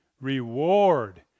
reward